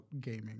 gaming